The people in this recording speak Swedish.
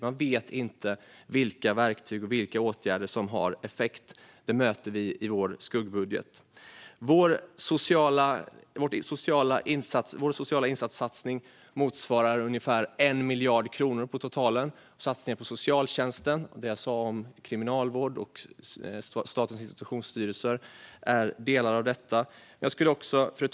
Man vet inte vilka verktyg och vilka åtgärder som får effekt. Det bemöter vi i vår skuggbudget. Vår satsning på sociala insatser motsvarar totalt ungefär 1 miljard kronor. Satsningar på socialtjänsten och det jag sa om kriminalvård och Statens institutionsstyrelse är delar av detta. Fru talman!